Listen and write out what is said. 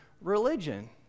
religion